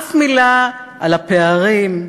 אף מילה על הפערים,